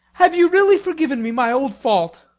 have you really forgiven me my old fault?